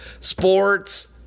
sports